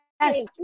yes